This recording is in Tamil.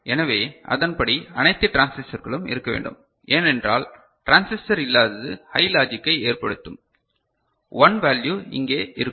எனவே அதன்படி அனைத்து டிரான்சிஸ்டர்களும் இருக்க வேண்டும் ஏனென்றால் டிரான்சிஸ்டர் இல்லாதது ஹை லாஜிக்கை ஏற்படுத்தும் ஒன் வேல்யு இங்கே இருக்கும்